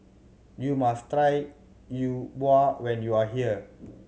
you must try Yi Bua when you are here